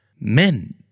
Men